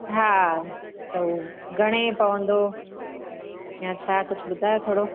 हा त उहो घणे पवंदो या छा कुझु ॿुधायो थोरो